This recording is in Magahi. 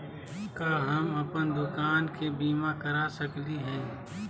का हम अप्पन दुकान के बीमा करा सकली हई?